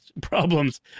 problems